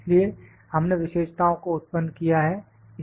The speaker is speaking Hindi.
इसलिए हमने विशेषताओं को उत्पन्न किया है